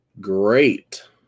great